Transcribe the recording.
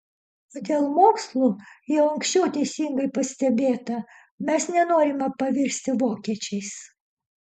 o dėl mokslų jau anksčiau teisingai pastebėta mes nenorime pavirsti vokiečiais